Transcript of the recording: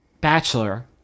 bachelor